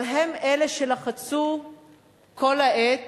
אבל הם אלה שלחצו כל העת